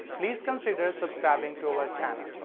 please consider subscribing to our channel.